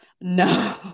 No